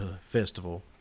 Festival